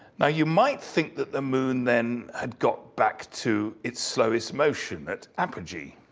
now, you might think that the moon then had got back to its slowest motion. that apogee.